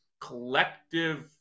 collective